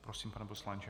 Prosím, pane poslanče.